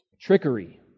trickery